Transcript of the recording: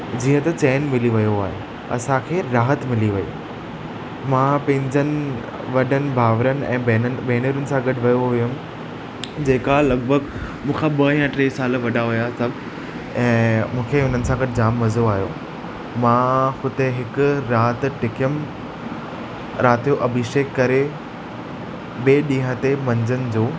जीअं त चैन मिली वियो आहे असांखे राहत मिली वई मां पंहिंजनि वॾनि भाउरनि ऐं भेनरुनि सां गॾु वियो हुअमि जेका लॻभॻि मूंखा ॿ या टे साल वॾा हुआ सभु ऐं मूंखे उन्हनि सां गॾु जाम मज़ो आहियो मां हुते हिकु राति टिकियुमि राति जो अभिषेक करे ॿिए ॾींहं ते मंझंदि जो